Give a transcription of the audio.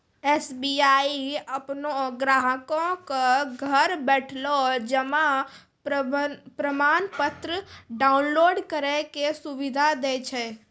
SBI अपनो ग्राहको क घर बैठले जमा प्रमाणपत्र डाउनलोड करै के सुविधा दै छै